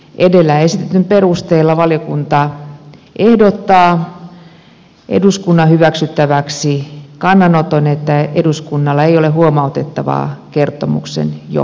edellä esitetyn perusteella valiokunta ehdottaa eduskunnan hyväksyttäväksi kannanoton että eduskunnalla ei ole huomautettavaa kertomuksen johdosta